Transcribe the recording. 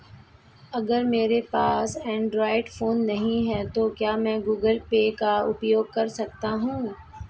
अगर मेरे पास एंड्रॉइड फोन नहीं है तो क्या मैं गूगल पे का उपयोग कर सकता हूं?